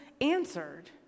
answered